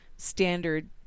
standard